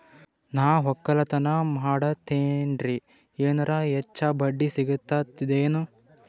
ನಾ ಒಕ್ಕಲತನ ಮಾಡತೆನ್ರಿ ಎನೆರ ಹೆಚ್ಚ ಬಡ್ಡಿ ಸಿಗತದೇನು?